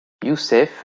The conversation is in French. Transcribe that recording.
youssef